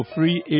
Free